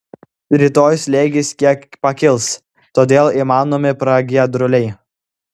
rytoj slėgis kiek pakils todėl įmanomi pragiedruliai